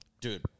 Dude